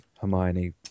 Hermione